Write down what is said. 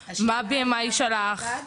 מה ה- BMI שלך?״ השקילה הייתה לבד?